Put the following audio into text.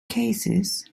cases